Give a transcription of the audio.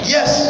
Yes